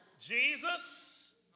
Jesus